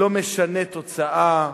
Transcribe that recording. לא משנה תוצאה.